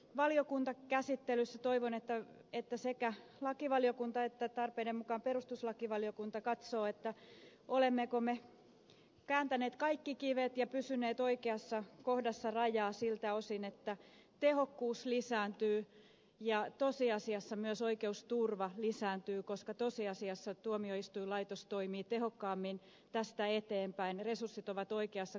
valiokuntakäsittelystä toivon että sekä lakivaliokunta että tarpeiden mukaan perustuslakivaliokunta katsovat olemmeko me kääntäneet kaikki kivet ja pysyneet oikeassa kohdassa rajaa siltä osin että tehokkuus lisääntyy ja tosiasiassa myös oikeusturva lisääntyy koska tosiasiassa tuomioistuinlaitos toimii tehokkaammin tästä eteenpäin resurssit ovat oikeassa kohdassa